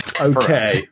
Okay